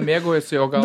mėgaujuosi o gal